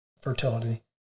fertility